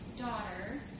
daughter